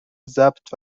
ضبط